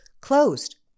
closed